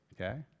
okay